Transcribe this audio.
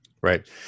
Right